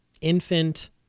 infant